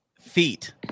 Feet